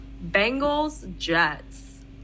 Bengals-Jets